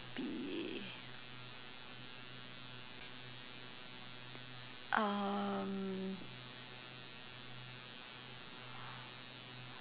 be um